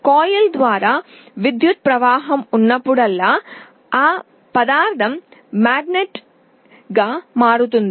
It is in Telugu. కాయిల్ ద్వారా విద్యుత్ ప్రవాహం ఉన్నప్పుడల్లా ఆ పదార్థం అయస్కాంతంగా మారుతుంది